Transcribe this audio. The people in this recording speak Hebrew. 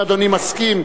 אם אדוני מסכים,